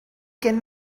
can